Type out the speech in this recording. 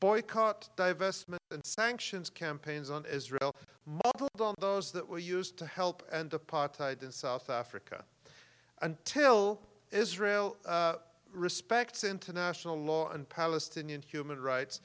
boycott divestment and sanctions campaigns on israel those that were used to help and apartheid in south africa until israel respects international law and palestinian human rights